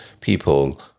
people